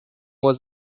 was